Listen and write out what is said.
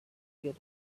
get